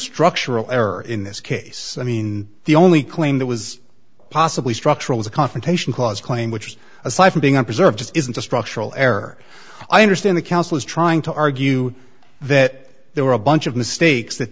structural error in this case i mean the only claim that was possibly structural is a confrontation clause claim which is aside from being on preserve this isn't a structural error i understand the council is trying to argue that there were a bunch of mistakes that